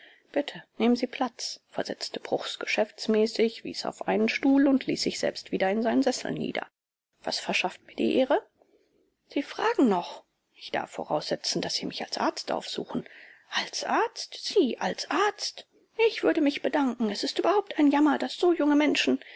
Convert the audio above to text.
bitte nehmen sie platz versetzte bruchs geschäftsmäßig ruhig wies auf einen stuhl und ließ sich selbst wieder in seinen sessel nieder was verschafft mir die ehre sie fragen noch ich darf voraussetzen daß sie mich als arzt aufsuchen als arzt sie als arzt ich würde mich bedanken es ist überhaupt ein jammer daß so junge menschen